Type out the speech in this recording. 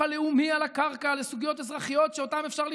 הלאומי על הקרקע לסוגיות אזרחיות שאותן אפשר לפתור.